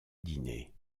dîner